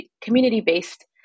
community-based